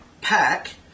pack